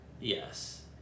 Yes